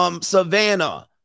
Savannah